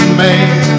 man